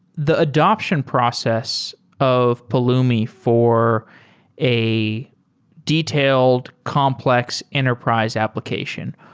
the adaption process of pulumi for a detailed complex enterprise application,